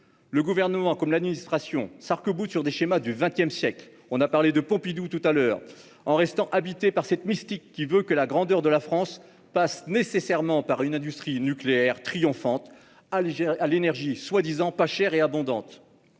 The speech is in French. Le Gouvernement, comme l'administration, s'arc-boute sur des schémas du XX siècle- on a précédemment évoqué le président Pompidou. Il reste habité par cette mystique qui veut que la grandeur de la France passe nécessairement par une industrie nucléaire triomphante, à l'énergie prétendument peu chère et abondante.